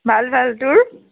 ভাল ভাল তোৰ